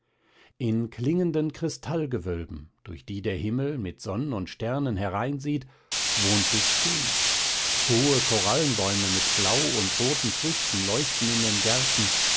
in klingenden kristallgewölben durch die der himmel mit sonn und sternen hereinsieht wohnt sich's schön hohe korallenbäume mit blau und roten früchten leuchten in den gärten